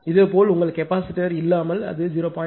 இதேபோல் உங்கள் கெபாசிட்டர் இல்லாமல் அது 0